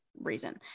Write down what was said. reason